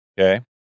okay